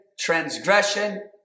transgression